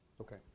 Okay